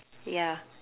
yeah